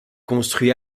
construit